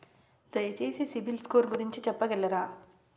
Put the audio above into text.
దయచేసి సిబిల్ స్కోర్ గురించి చెప్పగలరా?